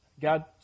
God